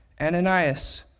Ananias